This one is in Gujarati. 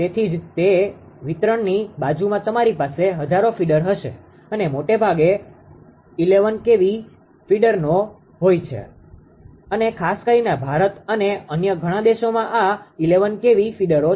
તેથી જ તે વિતરણની બાજુમાં તમારી પાસે હજારો ફીડરો હશે અને મોટે ભાગે 11 kV ફીડરો હોય છે અને ખાસ કરીને ભારત અને અન્ય ઘણા દેશોમાં આ 11 kV ફીડરો છે